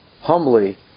Humbly